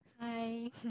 Hi